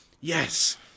yes